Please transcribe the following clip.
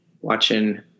watching